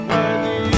Worthy